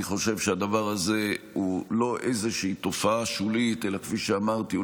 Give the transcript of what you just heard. אני חושב שהדבר הזה הוא לא איזושהי תופעה שולית אלא כפי שאמרתי,